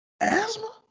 Asthma